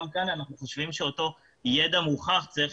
גם כאן אנחנו חושבים שאותו ידע מוכח צריך